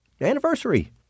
Anniversary